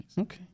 Okay